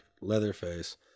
leatherface